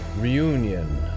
Reunion